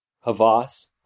Havas